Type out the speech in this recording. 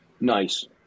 Nice